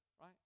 right